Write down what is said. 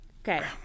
Okay